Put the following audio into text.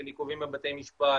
של עיכובים בבתי משפט.